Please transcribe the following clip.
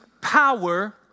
power